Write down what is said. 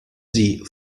sie